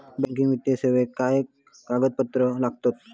Banking वित्तीय सेवाक काय कागदपत्र लागतत?